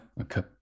Okay